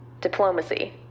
Diplomacy